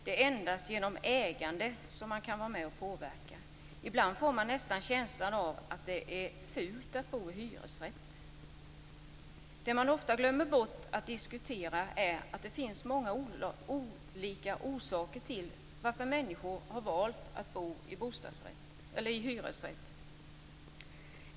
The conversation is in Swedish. Det är endast genom ägande som man kan vara med och påverka. Ibland får man nästan känslan av att det är fult att bo i hyresrätt. Det man ofta glömmer bort att diskutera är att det finns många olika orsaker till varför människor har valt att bo i hyresrätt.